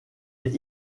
est